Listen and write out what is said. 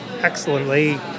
excellently